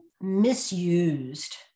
misused